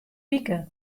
wike